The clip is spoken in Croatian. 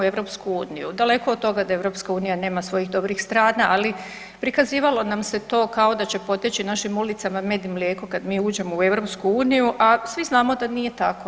Daleko da EU nema svojih dobrih strana ali prikazivalo nam se to kao da će poteći našim ulicama med i mlijeko kad mi uđemo u EU, a svi znamo da nije tako.